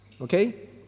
Okay